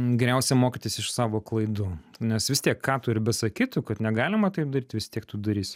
geriausia mokytis iš savo klaidų nes vis tiek ką tu ir besakytų kad negalima taip daryti vis tiek tu darysi